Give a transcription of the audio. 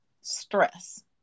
stress